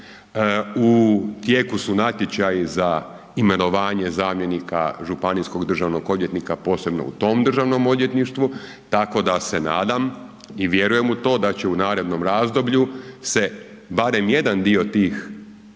u tijeku su natječaji za imenovanje zamjenika županijskog državnog odvjetnika posebno u tom državnom odvjetništvu tako da se nadam i vjerujem u to da će u narednom razdoblju se barem jedan dio tih